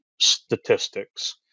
statistics